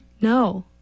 No